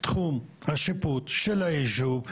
תחום השיפוט של הישוב,